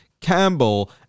campbell